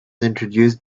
introduced